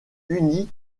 unies